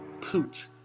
Poot